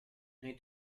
noi